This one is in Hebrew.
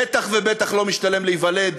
בטח ובטח לא משתלם להיוולד